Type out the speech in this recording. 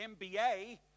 MBA